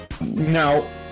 Now